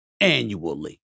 annually